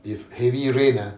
if heavy rain ah